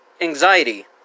anxiety